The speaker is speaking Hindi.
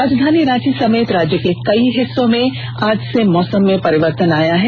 राजधानी रांची समेत राज्य के कई हिस्सों में आज से मौसम में परिवर्तन आया है